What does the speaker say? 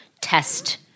test